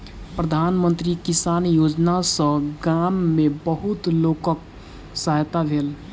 प्रधान मंत्री किसान योजना सॅ गाम में बहुत लोकक सहायता भेल